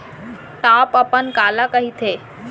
Top अपन काला कहिथे?